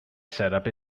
setup